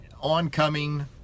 oncoming